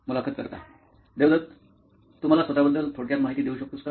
मुलाखत कर्ता देवदत तू मला स्वतः बद्दल थोडक्यात माहिती देऊ शकतोस का